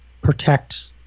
protect